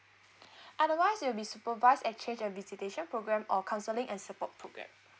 otherwise it'll be supervised exchange and visitation program or counselling and support program